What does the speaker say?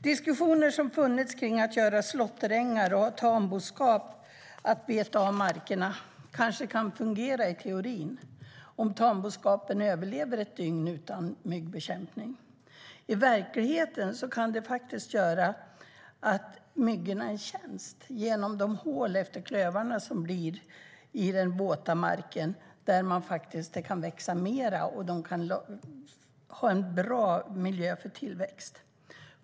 Det har funnits diskussioner om att göra slåtterängar och ha tamboskap som betar på markerna. Det kan kanske fungera i teorin - om tamboskapen överlever ett dygn utan myggbekämpning. I verkligheten kan detta dock göra myggorna en tjänst eftersom hålen efter klövarna i den våta marken utgör en bra miljö för myggtillväxt.